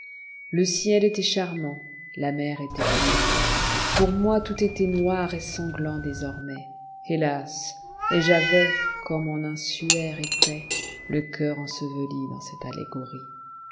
le ciel était charmant la mer était unie pour moi tout était noir et sanglant désormais hélas et j'avais comme en un suaire épais le cœur enseveli dans cette allégorie